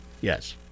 Yes